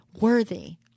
worthy